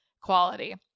quality